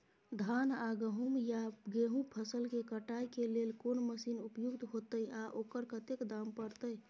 धान आ गहूम या गेहूं फसल के कटाई के लेल कोन मसीन उपयुक्त होतै आ ओकर कतेक दाम परतै?